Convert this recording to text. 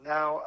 Now